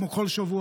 כמו כל שבוע,